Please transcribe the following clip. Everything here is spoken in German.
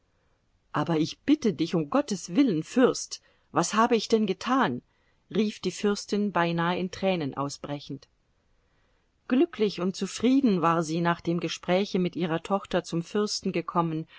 aber ich bitte dich um gottes willen fürst was habe ich denn getan rief die fürstin beinahe in tränen ausbrechend glücklich und zufrieden war sie nach dem gespräche mit ihrer tochter zum fürsten gekommen